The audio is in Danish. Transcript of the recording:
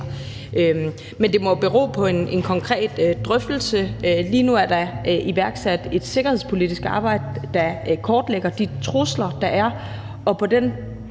Men det må jo bero på en konkret drøftelse. Lige nu er der iværksat et sikkerhedspolitisk arbejde, der kortlægger de trusler, der er,